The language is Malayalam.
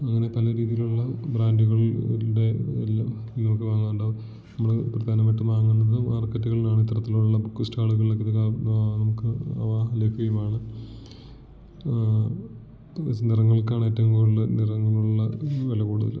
അങ്ങനെ പല രീതിയിലുള്ള ബ്രാൻഡുകളുടെ എല്ലാം നിങ്ങൾക്ക് വാങ്ങാനുണ്ടാവും നമ്മള് പ്രധാനമായിട്ടും വാങ്ങുന്നത് മാർക്കറ്റുകളിലാണ് ഇത്തരത്തിലുള്ള ബുക്ക് സ്റ്റാളുകളിലൊക്കെ ഇതൊക്കെ നമുക്ക് അവ ലഭ്യമാണ് എന്ന് വെച്ചാൽ നിറങ്ങൾക്കാണ് ഏറ്റവും കൂടുതല് നിറങ്ങളുള്ള വില കൂടുതല്